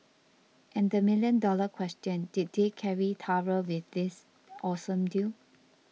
and the million dollar question did they carry through with this awesome deal